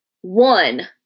One